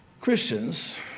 Christians